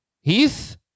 Heath